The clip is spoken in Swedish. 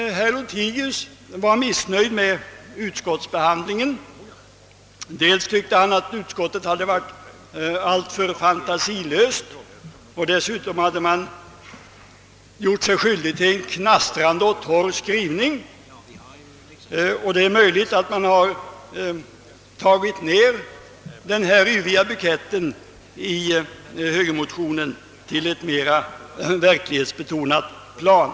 Herr Lothigius var missnöjd med utskottsbehandlingen. Han tyckte att utskottet varit alltför fantasilöst och dessutom gjort sig skyldigt till en knastrande torr skrivning. Det är möjligt att man har tagit ned den här yviga buketten i högermotionen till ett mera verklighetsbetonat plan.